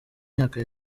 myaka